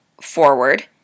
forward